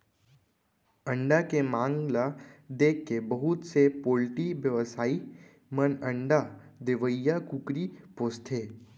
अंडा के मांग ल देखके बहुत से पोल्टी बेवसायी मन अंडा देवइया कुकरी पोसथें